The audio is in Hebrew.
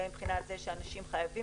בין בבחינת זה שאנשים חייבים להיות שם,